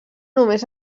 només